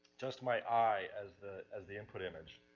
just my eye as the, as the input image.